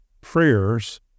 prayers